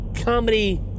comedy